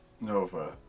Nova